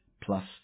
plus